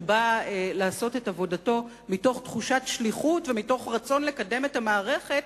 שבא לעשות את עבודתו מתוך תחושת שליחות ומתוך רצון לקדם את המערכת,